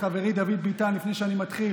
לחברי דוד ביטן לפני שאני מתחיל.